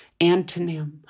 Antonym